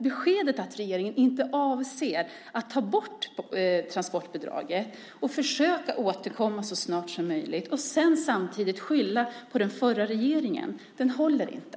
Beskedet att regeringen inte avser att ta bort transportbidraget och ska försöka återkomma så snart som möjligt, samtidigt som man skyller på den förra regeringen, håller inte.